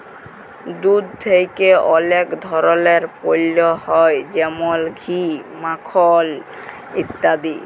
দুধ থেক্যে অলেক ধরলের পল্য হ্যয় যেমল ঘি, মাখল ইত্যাদি